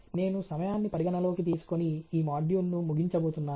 నేను సమయాన్ని పరిగణలోకి తీసుకొని ఈ మాడ్యూల్ను ముగించబోతున్నాను